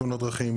תאונות דרכים,